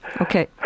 Okay